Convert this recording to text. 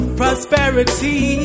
prosperity